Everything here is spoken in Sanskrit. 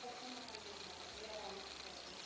प्रष्टुम् अहं दूरवाणीं कृतवती